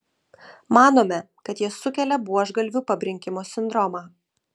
manome kad jie sukelia buožgalvių pabrinkimo sindromą